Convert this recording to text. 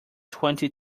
twenty